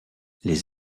les